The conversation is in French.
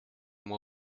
moi